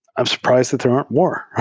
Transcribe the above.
i'm surprised that there aren't more.